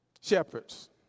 Shepherds